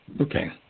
Okay